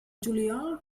juliol